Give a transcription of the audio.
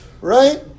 right